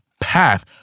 path